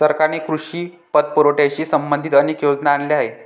सरकारने कृषी पतपुरवठ्याशी संबंधित अनेक योजना आणल्या आहेत